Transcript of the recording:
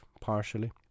partially